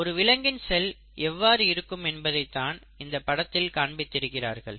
ஒரு விலங்கின் செல் எவ்வாறு இருக்கும் என்பதை தான் இந்த படத்தில் காண்பித்திருக்கிறார்கள்